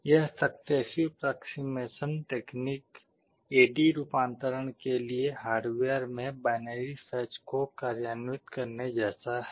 यह successive approximation तकनीक A D रूपांतरण करने के लिए हार्डवेयर में बाइनरी सर्च को कार्यान्वित करने जैसा है